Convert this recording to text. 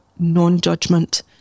Non-judgment